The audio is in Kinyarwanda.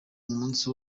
umunsi